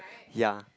ya